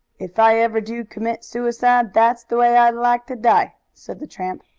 if i ever do commit suicide, that's the way i'd like to die, said the tramp.